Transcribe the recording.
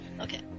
Okay